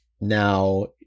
now